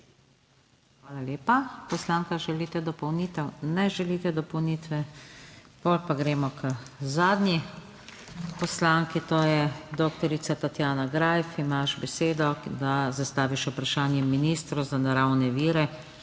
Hvala lepa. Poslanka, želite dopolnitev? Ne želite dopolnitve. Potem pa gremo k zadnji poslanki, to je dr. Tatjana Greif. Imaš besedo, da zastaviš vprašanje ministru za naravne vire